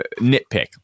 nitpick